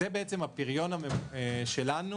זה בעצם הפריון שלנו,